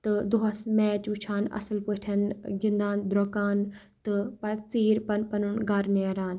تہٕ دۄہَس میچ وٕچھان اَصٕل پٲٹھۍ گِنٛدان درٛۄکان تہٕ پَتہٕ ژیٖرۍ پَنُن پَنُن گَرٕ نیران